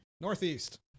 Northeast